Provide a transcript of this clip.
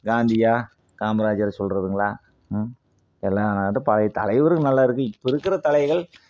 காந்தியா காமராஜரை சொல்வதுங்களா ம் எல்லா நாடும் பழைய தலைவர்கள் நல்லா இருக்குது இப்போ இருக்கிற தலைகள்